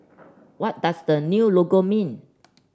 what does the new logo mean